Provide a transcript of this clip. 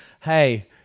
hey